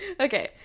okay